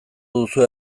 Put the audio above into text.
duzue